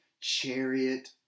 chariot